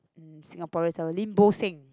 Singaporean seller Lim-Bo-Seng